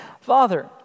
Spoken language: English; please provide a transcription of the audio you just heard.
Father